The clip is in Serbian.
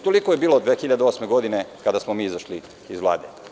Toliko je bilo 2008. godine kada smo mi izašli iz Vlade.